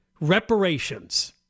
reparations